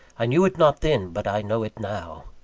i knew it not then but i know it now.